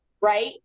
right